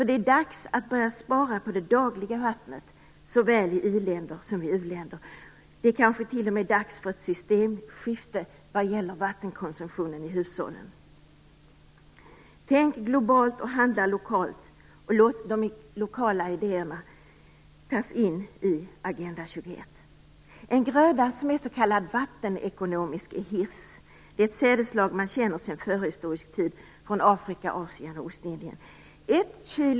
Det är dags att börja spara på det dagliga vattnet såväl i i-länder som i u-länder. Det kanske t.o.m. är dags för ett systemskifte vad gäller vattenkonsumtionen i hushållen. Tänk globalt, handla lokalt. Låt de lokala idéerna tas in i Agenda 21. En gröda som är s.k. vattenekonomisk är hirs. Det är ett sädesslag som man känner sedan förhistorisk tid från Afrika, Asien och Ostindien.